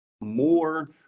more